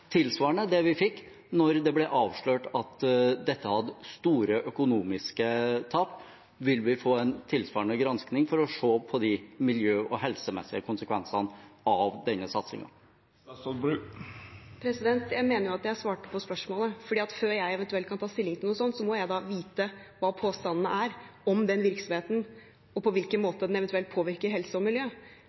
tilsvarende det vi fikk da det ble avslørt at dette hadde store økonomiske tap. Vil vi få en tilsvarende gransking for å se på de miljø- og helsemessige konsekvensene av denne satsingen? Jeg mener at jeg svarte på spørsmålet, for før jeg eventuelt kan ta stilling til noe sånt, må jeg vite hva påstandene er om den virksomheten, og på hvilken måte den eventuelt påvirker helse og miljø.